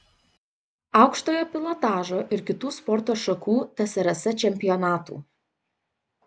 aukštojo pilotažo ir kitų sporto šakų tsrs čempionatų